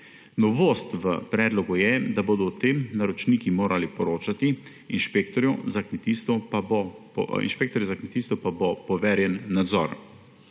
Novost v predlogu je, da bodo o tem naročniki morali poročati, inšpektorju za kmetijstvo pa bo poverjen nadzor.